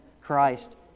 Christ